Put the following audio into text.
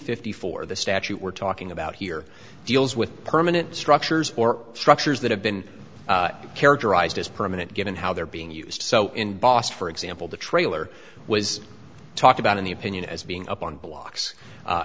fifty four the statute we're talking about here deals with permanent structures or structures that have been characterized as permanent given how they're being used so in boston for example the trailer was talked about in the opinion as being up on blocks